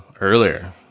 earlier